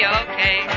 okay